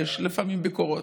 יש לפעמים ביקורות,